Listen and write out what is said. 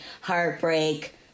heartbreak